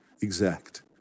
exact